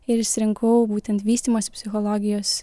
ir išsirinkau būtent vystymosi psichologijos